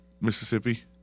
Mississippi